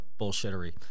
bullshittery